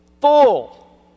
full